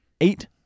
eight